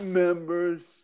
members